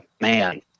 man